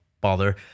bother